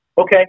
Okay